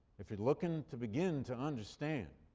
if you're looking to begin to understand